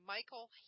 Michael